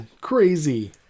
Crazy